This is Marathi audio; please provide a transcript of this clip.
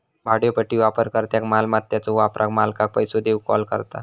भाड्योपट्टी वापरकर्त्याक मालमत्याच्यो वापराक मालकाक पैसो देऊक कॉल करता